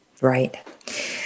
Right